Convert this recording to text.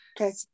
Okay